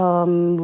four hundred 四百块